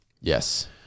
Yes